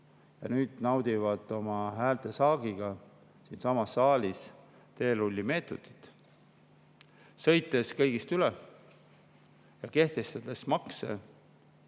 Ja nüüd naudivad oma häältesaagiga siinsamas saalis teerullimeetodit, sõites kõigist üle ja kehtestades makse,